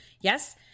Yes